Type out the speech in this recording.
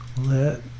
Let